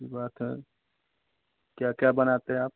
अच्छी बात है क्या क्या बनाते हैं आप